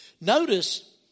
Notice